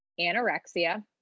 anorexia